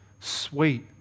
Sweet